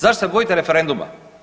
Zašto se bojite referenduma?